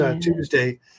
Tuesday